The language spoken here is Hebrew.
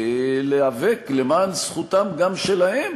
להיאבק למען זכותם גם שלהם